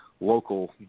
local